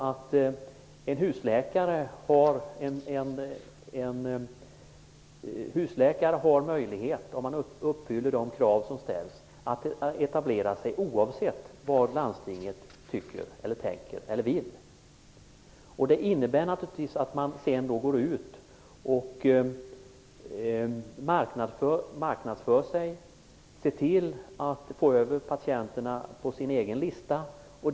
Men husläkare har - om man uppfyller de krav som ställs - möjlighet att etablera sig, oavsett vad landstinget tycker, tänker eller vill. Det innebär naturligtvis att man marknadsför sig och ser till att man får över patienter på sin egen lista.